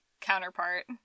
counterpart